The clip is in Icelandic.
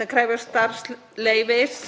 sem krefjast starfsleyfis